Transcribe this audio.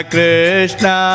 Krishna